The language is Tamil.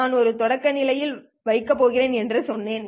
நான் ஒரு தொடக்கநிலையை வைக்கப் போகிறேன் என்று சொன்னேன்